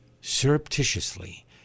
surreptitiously